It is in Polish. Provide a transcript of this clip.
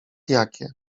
jakie